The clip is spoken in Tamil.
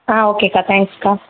ஆ ஓகேக்கா தேங்க்ஸ்க்கா